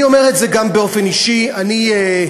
אני אומר את זה גם באופן אישי: כשהסתיימו